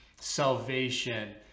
salvation